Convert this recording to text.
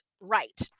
right